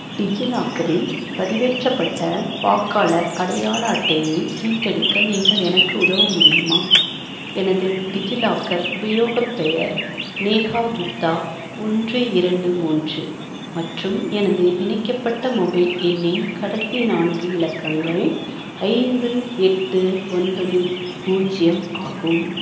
டிஜிலாக்கரில் பதிவேற்றப்பட்ட வாக்காளர் அடையாள அட்டையை மீட்டெடுக்க நீங்கள் எனக்கு உதவ முடியுமா எனது டிஜிலாக்கர் உபயோகப் பெயர் நேஹா குப்தா ஒன்று இரண்டு மூன்று மற்றும் எனது இணைக்கப்பட்ட மொபைல் எண்ணின் கடைசி நான்கு இலக்கங்கள் ஐந்து எட்டு ஒன்பது பூஜ்ஜியம் ஆகும்